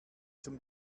zum